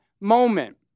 moment